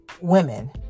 women